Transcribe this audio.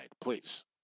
please